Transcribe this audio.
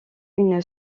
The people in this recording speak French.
une